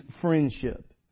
friendship